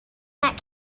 that